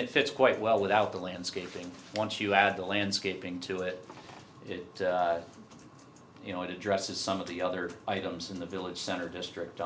it fits quite well without the landscaping once you add the landscaping to it you know it addresses some of the other items in the village center district